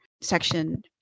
section